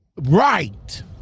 right